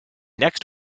next